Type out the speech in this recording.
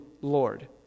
Lord